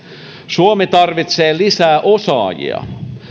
suomi tarvitsee lisää osaajia